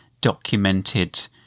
documented